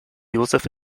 joseph